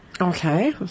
Okay